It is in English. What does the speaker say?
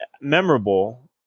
memorable